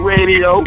Radio